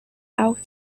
auch